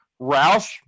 Roush